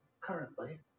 currently